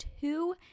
two